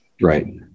Right